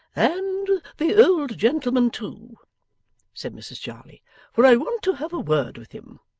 and the old gentleman too said mrs jarley for i want to have a word with him.